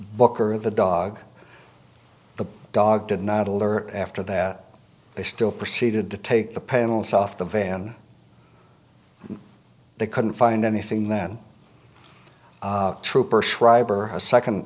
book or the dog the dog did not alert after that they still proceeded to take the panels off the van they couldn't find anything then trooper schreiber a second